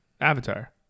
Avatar